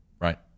right